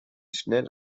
schnell